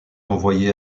envoyé